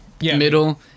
middle